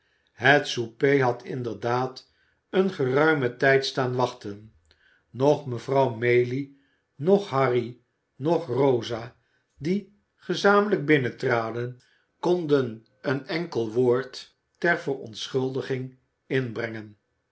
het souper had inderdaad een geruimen tijd staan wachten noch mevrouw maylie noch harry noch rosa die gezamenlijk binnentraden konden een enkel woord ter verontschuldiging inbrengen